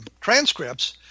transcripts